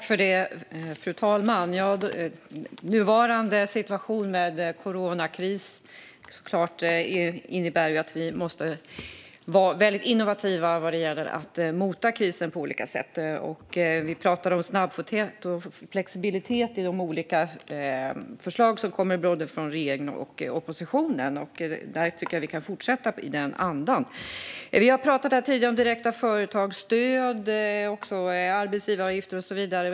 Fru talman! Den nuvarande situationen med coronakrisen innebär självklart att vi måste vara innovativa vad gäller att mota krisen på olika sätt. Vi pratar om att vara snabbfotad och om flexibilitet i de olika förslag som kommer både från regeringen och från oppositionen, och jag tycker att vi kan fortsätta i den andan. Vi har tidigare pratat om direkta företagsstöd, om arbetsgivaravgifter och så vidare.